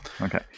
Okay